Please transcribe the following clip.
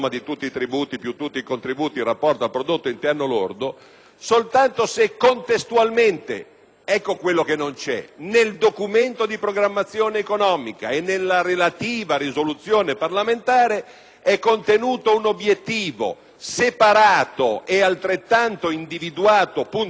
ecco quello che non c'è - nel Documento di programmazione economico-finanziaria, e nella relativa risoluzione parlamentare, è contenuto un obiettivo separato, ed altrettanto individuato puntualmente, di riduzione della spesa corrente primaria. In tutti gli altri casi